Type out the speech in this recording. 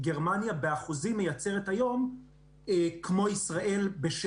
גרמניה מייצרת היום אנרגיה בשמש כמו בישראל באחוזים.